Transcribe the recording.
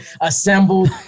assembled